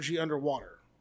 underwater